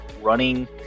running